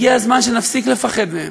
הגיע הזמן שנפסיק לפחד מהם.